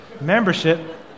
Membership